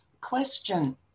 question